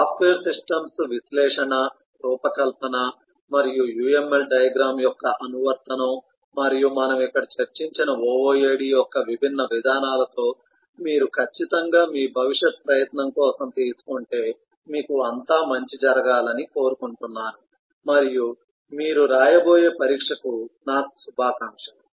software systems విశ్లేషణ రూపకల్పన మరియు UML డయాగ్రమ్ యొక్క అనువర్తనం మరియు మనము ఇక్కడ చర్చించిన OOAD యొక్క విభిన్న విధానాలతో మీరు ఖచ్చితంగా మీ భవిష్యత్ ప్రయత్నం కోసం తీసుకుంటే మీకు అంతా మంచి జరగాలని కోరుకుంటున్నాను మరియు మీరు రాయబోయే పరీక్షకు నా శుభాకాంక్షలు